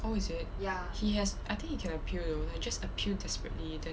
oh is it he has I think he can appeal though like just appeal desperately then